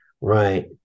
right